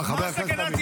בוא, זהו.